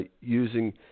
using